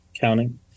counting